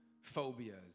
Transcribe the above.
phobias